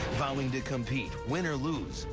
vowing to compete, win or lose,